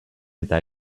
eta